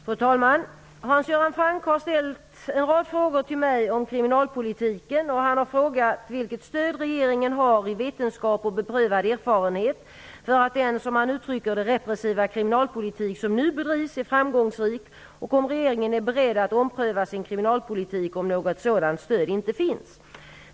Fru talman! Hans Göran Franck har ställt en rad frågor till mig om kriminalpolitiken. Han har frågat vilket stöd regeringen har i vetenskap och beprövad erfarenhet för att den, som han uttrycker det, repressiva kriminalpolitik som nu bedrivs är framgångsrik och om regeringen är beredd att ompröva sin kriminalpolitik om något sådant stöd inte finns.